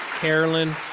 caroline.